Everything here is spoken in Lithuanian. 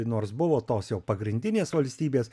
nors buvo tos jau pagrindinės valstybės